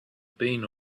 been